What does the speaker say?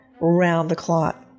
round-the-clock